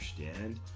understand